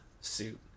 suit